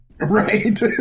Right